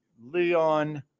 leon